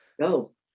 Go